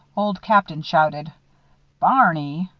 old captain shouted barney!